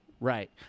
Right